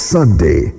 Sunday